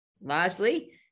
largely